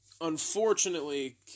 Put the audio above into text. unfortunately